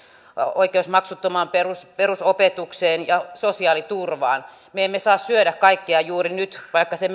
oikeus maksuttomaan perusopetukseen ja sosiaaliturvaan me emme saa syödä kaikkea juuri nyt vaikka se